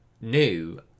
new